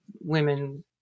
women